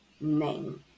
name